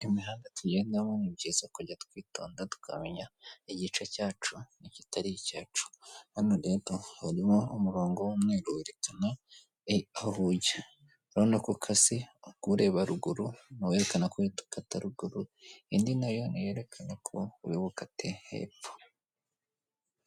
Imihanda tugendamo ni byiza kujya twitonda tukamenya igice cyacu n'ikitari icyacu, hano rero harimo umurongo w'umweru werekana aho ujya, urabona ko ukase ku ureba ruguru ,nawe werekana ko uhita ukata ruguru indi nayo yerekana ko uhita ukata hepfo.